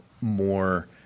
more